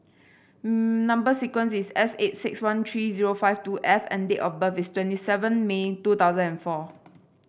number sequence is S eight six one three five two F and date of birth is twenty seven May two thousand and four